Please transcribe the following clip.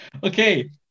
Okay